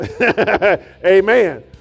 amen